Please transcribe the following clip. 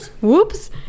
whoops